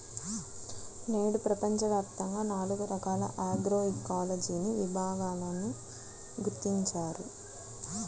నేడు ప్రపంచవ్యాప్తంగా నాలుగు రకాల ఆగ్రోఇకాలజీని విభాగాలను గుర్తించారు